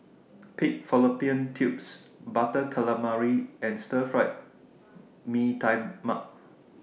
Pig Fallopian Tubes Butter Calamari and Stir Fried Mee Tai Mak